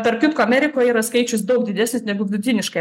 tarp kitko amerikoj yra skaičius daug didesnis negu vidutiniškai